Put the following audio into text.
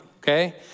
okay